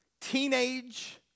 teenage